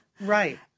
right